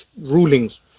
rulings